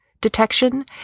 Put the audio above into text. detection